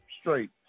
straight